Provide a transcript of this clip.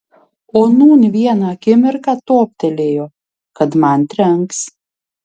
o nūn vieną akimirką toptelėjo kad man trenks